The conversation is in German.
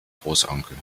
großonkel